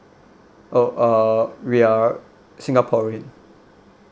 oh uh we are singaporean